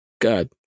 God